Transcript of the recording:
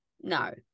No